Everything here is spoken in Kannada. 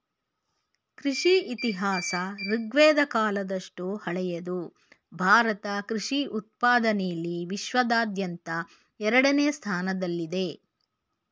ಕೃಷಿ ಇತಿಹಾಸ ಋಗ್ವೇದ ಕಾಲದಷ್ಟು ಹಳೆದು ಭಾರತ ಕೃಷಿ ಉತ್ಪಾದನೆಲಿ ವಿಶ್ವಾದ್ಯಂತ ಎರಡನೇ ಸ್ಥಾನದಲ್ಲಿದೆ